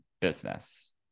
business